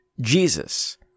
Jesus